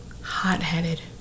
hot-headed